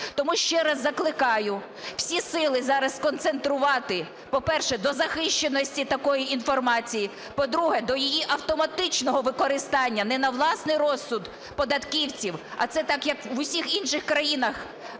Тому ще раз закликаю всі сили зараз сконцентрувати, по-перше, до захищеності такої інформації. По-друге, до її автоматичного використання не на власний розсуд податківців, а це так, як в усіх інших країнах,